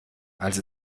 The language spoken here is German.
als